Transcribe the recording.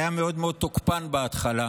הוא היה מאוד מאוד תוקפן בהתחלה,